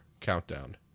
Countdown